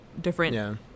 different